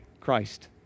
Christ